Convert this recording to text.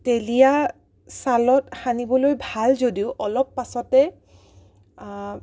তেলীয়া ছালত সানিবলৈ ভাল যদিও অলপ পাছতে